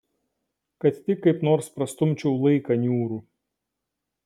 kad tik kaip nors prastumčiau laiką niūrų